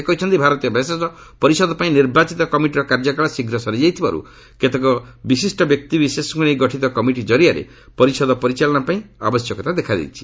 ସେ କହିଛନ୍ତି ଭାରତୀୟ ଭେଷଜ ପରିଷଦ ପାଇଁ ନିର୍ବାଚିତ କମିଟିର କାର୍ଯ୍ୟକାଳ ଶୀଘ୍ର ସରିଯାଉଥିବାରୁ କେତେକ ବିଶିଷ୍ଟ ବ୍ୟକ୍ତିବିଶେଷଙ୍କୁ ନେଇ ଗଠିତ କମିଟି ଜରିଆରେ ପରିଷଦ ପରିଚାଳନା ପାଇଁ ଆବଶ୍ୟକତା ଦେଖାଦେଇଛି